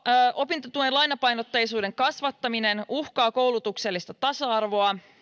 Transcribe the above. opintotuen lainapainotteisuuden kasvattaminen uhkaa koulutuksellista tasa arvoa